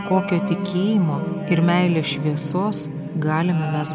kokio tikėjimo ir meilės šviesos galime mes